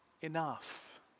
enough